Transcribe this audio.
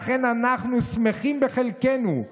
ולכן אנחנו שמחים בחלקנו,